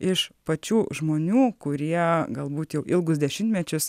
iš pačių žmonių kurie galbūt jau ilgus dešimtmečius